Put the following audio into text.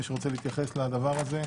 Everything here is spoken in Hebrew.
מישהו רוצה להתייחס לדבר הזה?